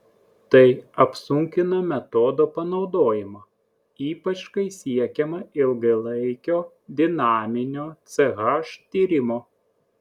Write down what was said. tai apsunkina metodo panaudojimą ypač kai siekiama ilgalaikio dinaminio ch tyrimo